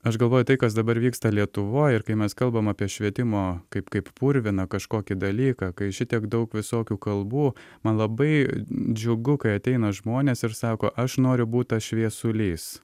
aš galvoju tai kas dabar vyksta lietuvoj ir kai mes kalbam apie švietimo kaip kaip purviną kažkokį dalyką kai šitiek daug visokių kalbų man labai džiugu kai ateina žmonės ir sako aš noriu būti šviesulys